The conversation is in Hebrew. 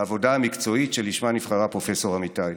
בעבודה המקצועית שלשמה נבחרה פרופ' אמיתי.